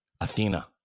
Athena